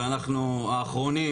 ואנחנו האחרונים